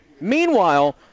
meanwhile